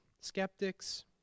skeptics